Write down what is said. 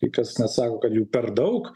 kai kas net sako kad jų per daug